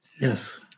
Yes